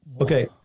Okay